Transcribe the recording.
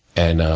and,